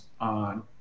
on